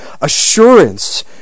assurance